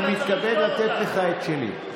אני מתכבד לתת לך את שלי.